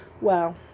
Wow